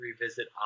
revisit